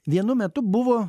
vienu metu buvo